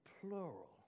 plural